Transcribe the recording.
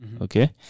Okay